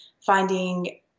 finding